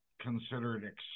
considered